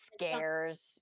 scares